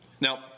Now